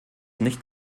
nicht